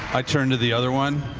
i turn to the other one.